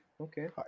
Okay